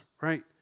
right